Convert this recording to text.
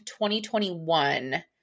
2021